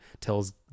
tells